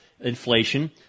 inflation